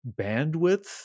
bandwidth